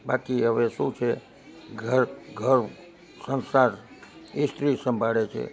બાકી હવે શું છે ઘર ઘરસંસાર એ સ્ત્રી સંભાળે છે